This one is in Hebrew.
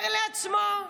אומר לעצמו,